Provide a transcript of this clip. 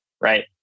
Right